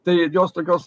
tai jos tokios